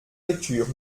lecture